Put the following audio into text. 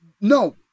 No